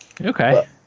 okay